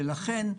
ולכן,